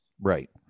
Right